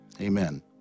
Amen